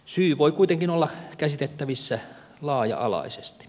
syy voi kuitenkin olla käsitettävissä laaja alaisesti